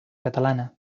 catalana